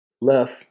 Left